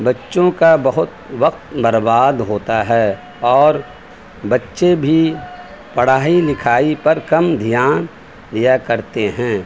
بچوں کا بہت وقت برباد ہوتا ہے اور بچے بھی پڑھائی لکھائی پر کم دھیان دیا کرتے ہیں